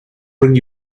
bring